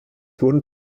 wurden